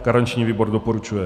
Garanční výbor doporučuje.